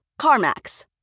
CarMax